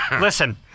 listen